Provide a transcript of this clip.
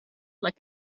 like